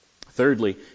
Thirdly